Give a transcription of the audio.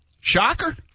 Shocker